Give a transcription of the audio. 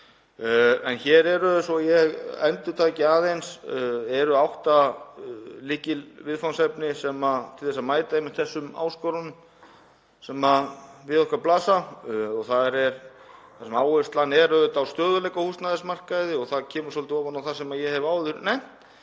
En hér eru, svo að ég endurtaki aðeins, átta lykilviðfangsefni til þess að mæta einmitt þessum áskorunum sem við okkur blasa þar sem áherslan er auðvitað á stöðugleika á húsnæðismarkaði og það kemur svolítið ofan á það sem ég hef áður nefnt.